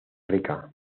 rica